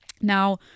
now